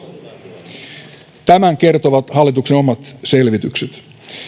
jopa vuosiksi tämän kertovat hallituksen omat selvitykset